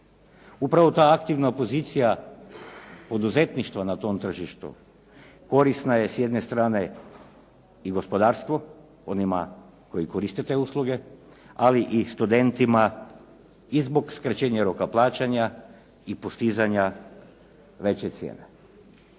Upravo ta aktivna pozicija poduzetništva na tom tržištu korisna je s jedne strane i gospodarstvu, onima koji koriste te usluge. Ali i studentima i zbog skraćenja roka plaćanja i postizanja veće cijene.